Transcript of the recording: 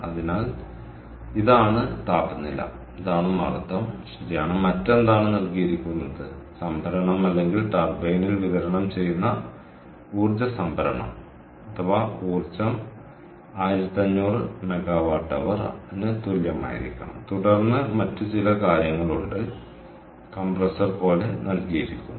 അതിനാൽ ഇതാണ് താപനില ഇതാണ് മർദ്ദം ശരിയാണ് മറ്റെന്താണ് നൽകിയിരിക്കുന്നത് സംഭരണം അല്ലെങ്കിൽ ടർബൈനിൽ വിതരണം ചെയ്യുന്ന ഊർജ്ജ സംഭരണം അല്ലെങ്കിൽ ഊർജ്ജം 1500 MWH ന് തുല്യമായിരിക്കണം തുടർന്ന് മറ്റ് ചില കാര്യങ്ങളുണ്ട് കംപ്രസർ പോലെ നൽകിയിരിക്കുന്നു